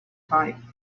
type